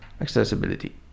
accessibility